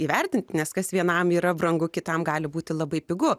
įvertint nes kas vienam yra brangu kitam gali būti labai pigu